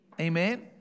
Amen